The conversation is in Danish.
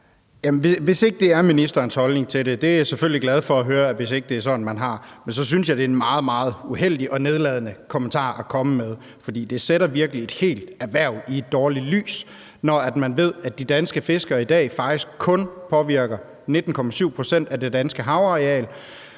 Hvis ikke det er ministerens holdning til det, er jeg selvfølgelig glad for at høre, at det ikke er sådan, man har det. Men så synes jeg, det er en meget, meget uheldig og nedladende kommentar at komme med, for det sætter virkelig et helt erhverv i et dårligt lys, når man ved, at de danske fiskere i dag faktisk kun påvirker 19,7 pct. af det danske havareal,